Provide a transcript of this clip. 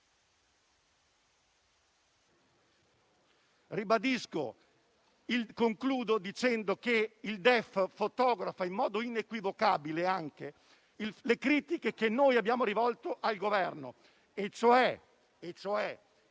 Concludo dicendo che il DEF fotografa, in modo inequivocabile, anche le critiche che noi abbiamo rivolto al Governo, perché